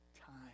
time